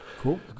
Cool